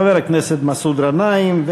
חבר הכנסת מסעוד גנאים,